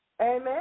Amen